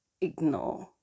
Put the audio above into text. ignore